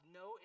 no